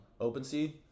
OpenSea